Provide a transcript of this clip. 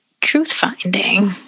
Truth-finding